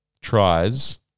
tries